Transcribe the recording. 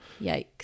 Yikes